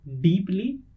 deeply